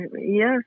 Yes